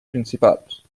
principals